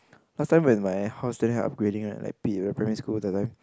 last time when my house during the upgrading right like P like primary school that time